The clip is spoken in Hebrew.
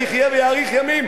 שיחיה ויאריך ימים,